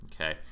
okay